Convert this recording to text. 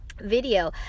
video